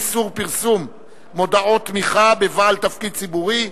איסור פרסום מודעות תמיכה בבעל תפקיד ציבורי),